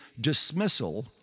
dismissal